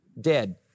dead